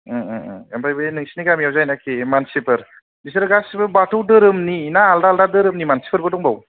ओम ओम ओम आमफ्राय बे नोंसिनि गामिआव जायनाखि मानसिफोर बिसोरो गासिबो बाथौ दोरोमनि ना आलदा आलदा दोरोमनि मानसिफोरबो दंबावो